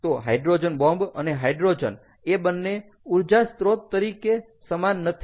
તો hydrogen bomb અને hydrogen એ બંને ઊર્જા સ્ત્રોત તરીકે સમાન નથી